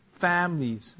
families